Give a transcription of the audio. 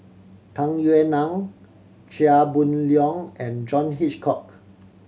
Tung Yue Nang Chia Boon Leong and John Hitchcock